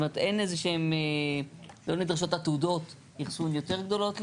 כלומר, לא נדרשות עתודות אחסון יותר גדולות?